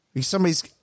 Somebody's